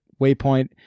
waypoint